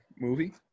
movie